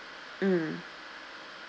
mm